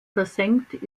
versenkt